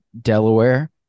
Delaware